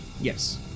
Yes